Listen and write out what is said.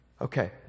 Okay